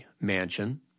Mansion